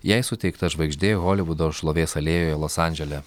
jai suteikta žvaigždė holivudo šlovės alėjoje los andžele